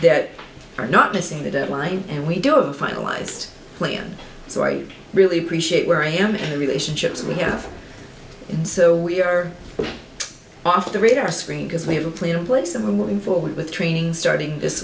that are not missing the deadline and we do it finalized plans so i really appreciate where i am in the relationships we have and so we are off the radar screen because we have a plan in place and i'm moving forward with training starting this